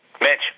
Mitch